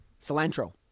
Cilantro